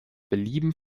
belieben